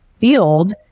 field